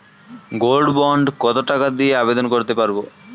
Gold bond কত টাকা দিয়ে আবেদন করতে পারবো?